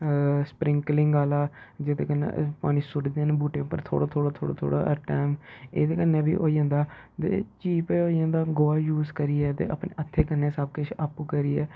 sprinkling आह्ला जेह्दे कन्नै पानी सुटदे न बूह्टे उप्पर थोह्ड़ा थोह्ड़ा थोह्ड़ा थोह्ड़ा हर टैम एह्दे कन्नै बी होई जंदा ते चीप जे होई जंदा गोहा यूज़ करियै ते अपने हत्थें कन्नै सब किश आपूं करियै